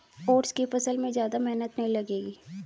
oats की फसल में ज्यादा मेहनत नहीं लगेगी